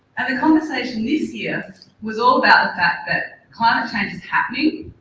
and the conversation this year was all about the fact that climate change is happening,